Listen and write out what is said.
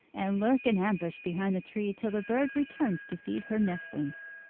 and lurk in ambush behind the tree till the bird returns to feed her nestlings.